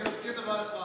אני מסכים עם דבר אחד,